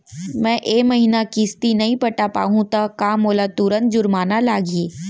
मैं ए महीना किस्ती नई पटा पाहू त का मोला तुरंत जुर्माना लागही?